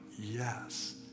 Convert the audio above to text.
yes